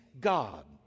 God